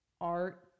art